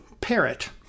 parrot